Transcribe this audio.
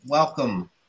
Welcome